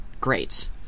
Great